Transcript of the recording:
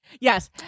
Yes